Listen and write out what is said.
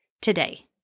today